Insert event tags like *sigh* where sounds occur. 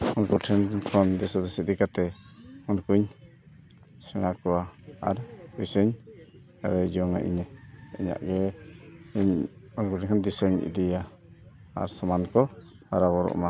ᱩᱱᱠᱩ ᱴᱷᱮᱱ ᱠᱷᱚᱱ ᱫᱤᱥ ᱦᱩᱫᱤᱥ ᱤᱫᱤ ᱠᱟᱛᱮᱫ ᱩᱱᱠᱩᱧ ᱥᱮᱬᱟ ᱠᱚᱣᱟ ᱟᱨ ᱯᱩᱭᱥᱟᱹᱧ ᱦᱟᱹᱨ ᱡᱚᱝ ᱟᱹᱧ ᱤᱧᱟᱹᱜ ᱤᱧᱟᱹᱜ ᱜᱮ ᱤᱧ *unintelligible* ᱫᱤᱥᱟᱹᱧ ᱤᱫᱤᱭᱟ ᱟᱨ ᱥᱚᱢᱟᱱ ᱠᱚ ᱦᱟᱨᱟ ᱵᱩᱨᱩᱜᱼᱢᱟ